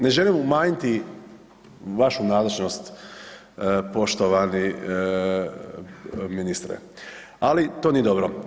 Ne želim umanjiti vašu nazočnost poštovani ministre, ali to nije dobro.